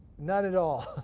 not at all.